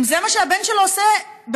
אם זה מה שהבן שלו עושה בשבת,